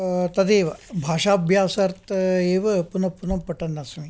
तदेव भाषाभ्यासार्थम् एव पुन प्पुनः पठन्नस्मि